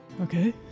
Okay